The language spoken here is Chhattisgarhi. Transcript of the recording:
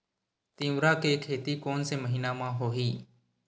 तीवरा के खेती कोन से महिना म होही?